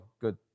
Good